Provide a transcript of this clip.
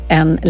en